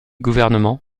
gouvernement